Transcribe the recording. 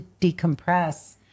decompress